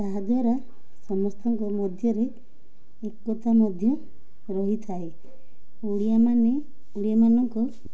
ତାହା ଦ୍ୱାରା ସମସ୍ତଙ୍କ ମଧ୍ୟରେ ଏକତା ମଧ୍ୟ ରହିଥାଏ ଓଡ଼ିଆ ମାନେ ଓଡ଼ିଆ ମାନଙ୍କ